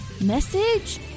message